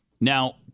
Now